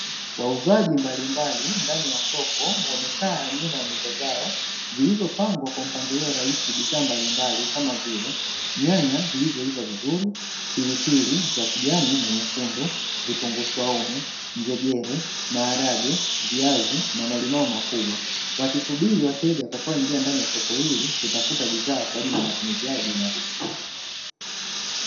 Wauzaji mbalimbali ndani ya soko wamekaa nyuma ya meza zao zilizopangwa kwa mpangilio rahisi bidhaa mbalimbali kama vile: nyanya zilizo iva vizuri, pilipili za kijani na nyekundu, vitungu saumu, njegere, maharage, viazi na malimao makubwa. Wakisubiri wateja watakaoingia ndani ya soko hili kutafuta bidhaa kwa ajili ya matumizi yao binafsi.